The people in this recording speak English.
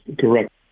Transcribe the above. Correct